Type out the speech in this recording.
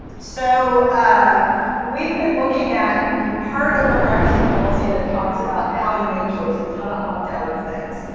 so ah we've been looking at the part of the privacy policy that talks about how to make choices, how to opt out of things.